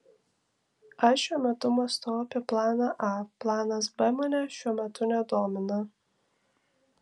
aš šiuo metu mąstau apie planą a planas b manęs šiuo metu nedomina